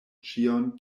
ĉion